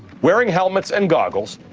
wearing helmets and goggles,